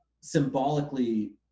symbolically